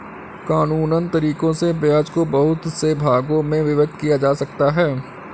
कानूनन तरीकों से ब्याज को बहुत से भागों में विभक्त किया जा सकता है